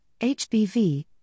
HBV